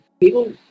People